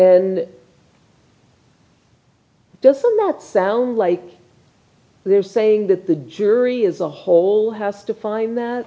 and doesn't that sound like they're saying that the jury is a whole has to find that